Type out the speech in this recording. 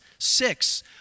Six